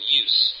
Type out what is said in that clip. use